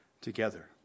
together